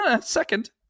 Second